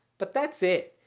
but that's it.